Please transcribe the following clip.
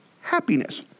happiness